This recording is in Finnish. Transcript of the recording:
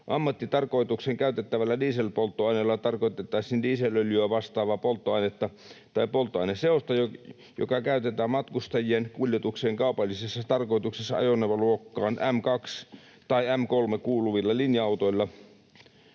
Ammattitarkoitukseen käytettävällä dieselpolttoaineella tarkoitettaisiin dieselöljyä vastaavaa polttoainetta tai polttoaineseosta, jota käytetään matkustajien kuljetukseen kaupallisessa tarkoituksessa ajoneuvoluokkaan M2 tai M3 kuuluvalla linja-autolla